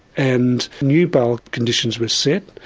and new bail conditions were set,